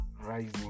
rising